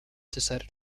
decided